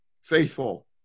faithful